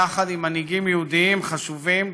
יחד עם מנהיגים יהודים חשובים,